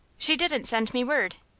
she didn't send me word.